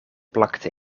plakte